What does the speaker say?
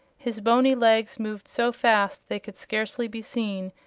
his boney legs moved so fast they could scarcely be seen,